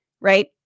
right